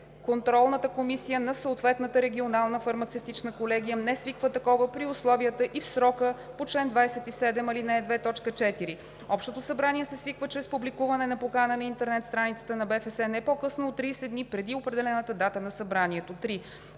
контролната комисия на съответната регионална фармацевтична колегия не свика такова при условията и в срока по чл. 27, ал. 2, т. 4; общото събрание се свиква чрез публикуване на покана на интернет страницата на БФС не по-късно от 30 дни преди определената дата на събранието;“.